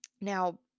Now